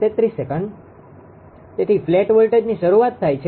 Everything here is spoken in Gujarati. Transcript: તેથી ફ્લેટ વોલ્ટેજની શરૂઆત થાય છે